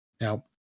Now